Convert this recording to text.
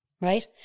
right